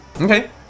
Okay